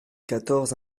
quatorze